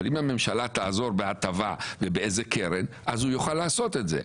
אבל אם הממשלה תעזור בהטבה ובאיזו קרן אז הוא יוכל לעשות את זה.